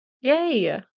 Yay